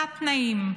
תת-תנאים,